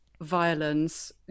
violence